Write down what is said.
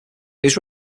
was